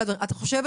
אתה חושב